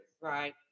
Right